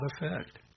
effect